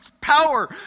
power